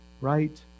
right